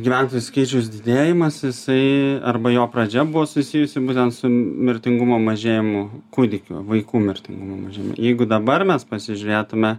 gyventojų skaičiaus didėjimas jisai arba jo pradžia buvo susijusi būtent su mirtingumo mažėjimu kūdikių vaikų mirtingumo mažėjim jeigu dabar mes pasižiūrėtume